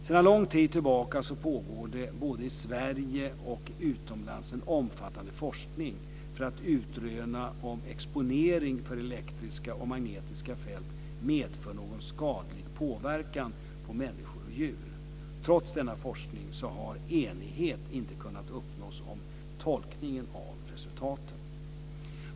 Sedan lång tid tillbaka pågår det både i Sverige och utomlands en omfattande forskning för att utröna om exponering för elektriska och magnetiska fält medför någon skadlig påverkan på människor och djur. Trots denna forskning har enighet inte kunnat uppnås om tolkningen av resultaten.